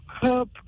help